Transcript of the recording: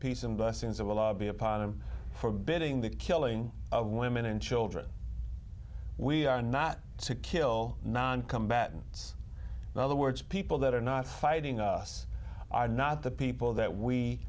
peace and blessings that will all be upon him for bidding the killing of women and children we are not to kill noncombatants in other words people that are not fighting us are not the people that we